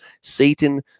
Satan